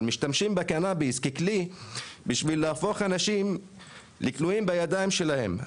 משתמשים בקנביס ככלי כדי להפוך אנשים לתלויים בידיים שלהם.